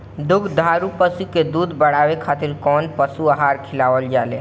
दुग्धारू पशु के दुध बढ़ावे खातिर कौन पशु आहार खिलावल जाले?